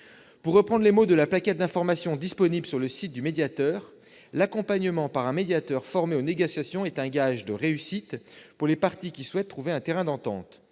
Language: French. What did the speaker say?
Pour reprendre les mots de la plaquette d'information disponible sur le site du médiateur, l'accompagnement par un médiateur formé aux négociations est un gage de réussite pour les parties qui souhaitent trouver un terrain d'entente.